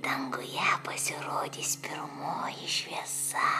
danguje pasirodys pirmoji šviesa